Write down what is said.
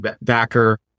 backer